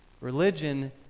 Religion